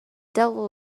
devil